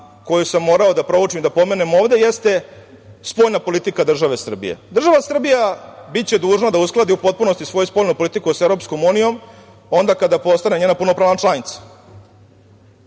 koju sam morao da proučim i da pomenem ovde jeste spoljna politika države Srbije. Država Srbija biće dužna da uskladi u potpunosti svoju spoljnu politiku sa EU onda kada postane njena punopravna članica.